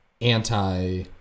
anti